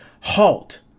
halt